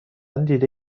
دیده